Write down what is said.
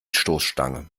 stoßstange